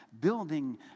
building